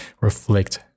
reflect